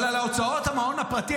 אבל על הוצאות המעון הפרטי,